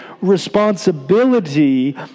responsibility